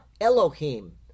Elohim